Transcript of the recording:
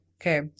Okay